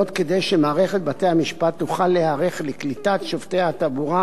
זאת כדי שמערכת בתי-המשפט תוכל להיערך לקליטת שופטי התעבורה